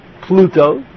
Pluto